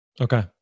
Okay